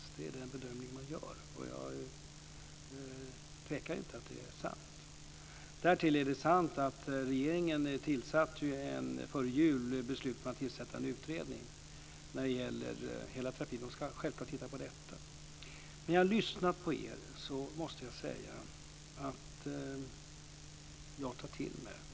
Det är den bedömning som görs. Jag tvivlar inte på att det är sant. Därtill är det sant att regeringen före jul beslutade att tillsätta en utredning när det gäller hela trafiken. Utredningen ska självfallet titta på detta. Jag har lyssnat på er, och jag tar till mig.